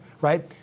right